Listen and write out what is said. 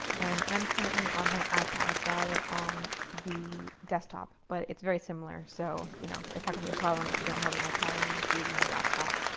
and i'm currently on my ipad, rather, on the desktop, but it's very similar. so, you know, it's not going to be a problem if you don't have an ipad and you're just using your laptop.